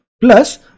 plus